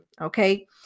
Okay